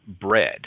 Bread